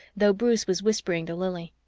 though bruce was whispering to lili.